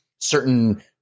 Certain